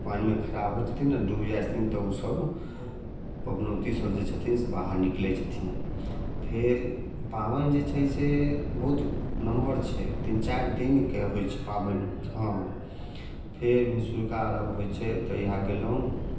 पानिमे खड़ा होइत छथिन आ डूबि जाइत छथिन तब ओ सब पबनौती सब जे छथिन से बाहर निकलैत छथिन फेर पाबनि जे छै से बहुत नमहर छै तीन चारि दिनके होइत छै पाबनि हँ फेर भिनसुरका अरघ हो छै तहिआ गेलहुँ